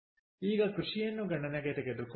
ಈಗ ಕೃಷಿಯನ್ನು ಗಣನೆಗೆ ತೆಗೆದುಕೊಳ್ಳೋಣ